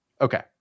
Okay